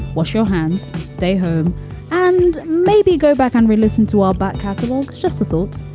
wash your hands. stay home and maybe go back and listen to our back catalogue just a thought.